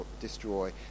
destroy